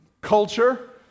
culture